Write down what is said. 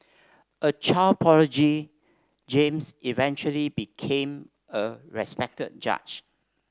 a child prodigy James eventually became a respected judge